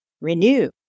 renew